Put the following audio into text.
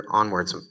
onwards